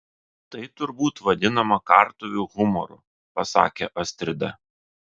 tai turbūt vadinama kartuvių humoru pasakė astrida